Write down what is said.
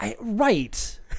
Right